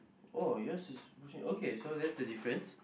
oh yours is pushing okay so that's the difference